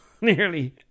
Nearly